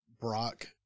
Brock